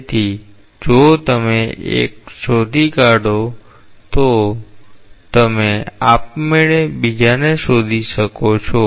તેથી જો તમે એક શોધી કાઢો તો તમે આપમેળે બીજાને શોધી શકો છો